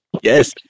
Yes